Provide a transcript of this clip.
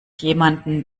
jemanden